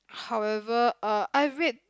however uh I read